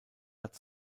hat